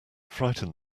frightened